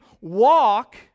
walk